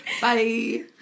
Bye